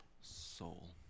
Soul